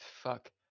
fuck